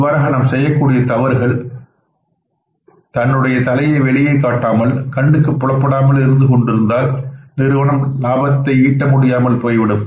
இவ்வாறாக நாம் செய்யக்கூடிய தவறுகள் தன்னுடைய தலையை வெளியே காட்டாமல் கண்ணுக்குப் புலப்படாமல் இருந்து கொண்டிருந்தால் நிறுவனம் லாபத்தை ஈட்ட முடியாமல் போய்விடும்